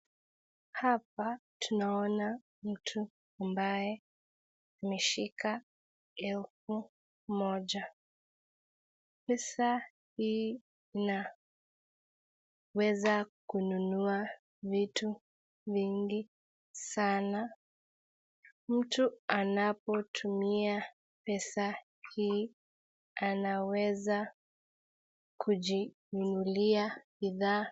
Hapa tunaona mtu ambaye ameshika elfu moja. Pesa hii inaweza kununua vitu vingi sana mtu anapotumia pesa hii anaweza kujinunulia bidhaa.